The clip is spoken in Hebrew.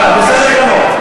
בסדר גמור.